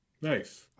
Nice